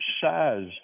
size